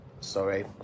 Sorry